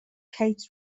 kate